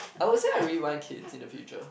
I would say I really want kids in the future